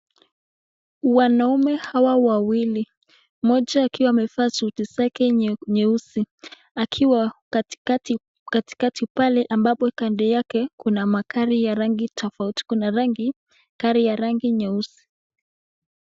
Wanaume hawa wawili mmoja akiwa amevaa suti safi nyeusi akiwa katikati pale ambapo kando yake kuna magari ya rangi tofauti, kuna gari ya rangi nyeusi.